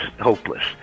hopeless